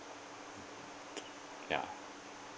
ya